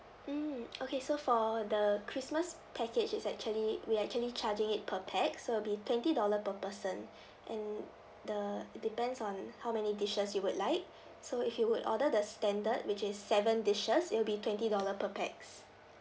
mm okay so for the christmas package it's actually we actually charging it per pax so it will be twenty dollar per person and the it depends on how many dishes you would like so if you would order the standard which is seven dishes it'll be twenty dollar per pax